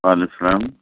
وعلیکم السّلام